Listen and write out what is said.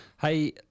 Hey